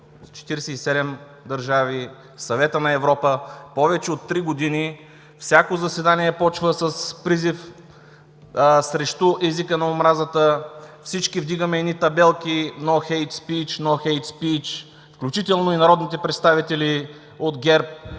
47 държави, Съветът на Европа, повече от три години всяко заседание започва с призив срещу езика на омразата, всички вдигаме едни табелки „Но хейтспийч, но хейтспийч!“, включително и народните представители от ГЕРБ.